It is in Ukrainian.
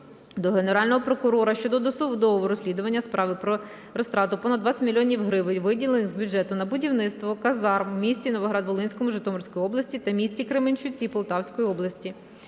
до Генерального прокурора щодо досудового розслідування справи про розтрату понад 20 мільйонів гривень, виділених з бюджету на будівництво казарм у місті Новограді-Волинському Житомирської області та місті Кременчуці Полтавської області.